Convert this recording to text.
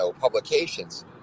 publications